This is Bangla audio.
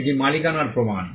এটি মালিকানার প্রমাণ